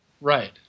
Right